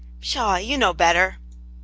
pshaw you know better.